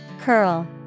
Curl